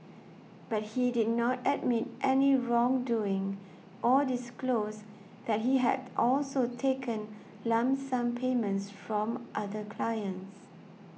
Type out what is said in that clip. but he did not admit any wrongdoing or disclose that he had also taken lump sum payments from other clients